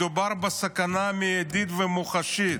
מדובר בסכנה מיידית ומוחשית.